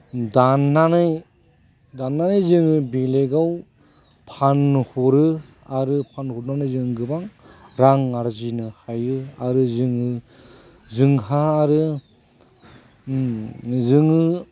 दाननानै दाननानै जोङो बेलेगाव फानहरो आरो फानहरनानै जों गोबां रां आरजिनो हायो आरो जोंनि जोंहा आरो जोङो